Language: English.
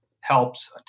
helps